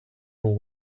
will